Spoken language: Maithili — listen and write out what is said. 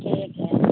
ठीक हइ